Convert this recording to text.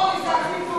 אוי, זה הכי גרוע.